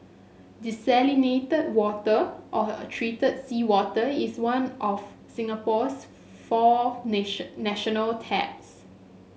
desalinated water or treated seawater is one of Singapore's four nation national taps